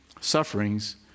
sufferings